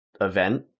event